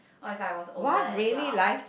orh if I was older as well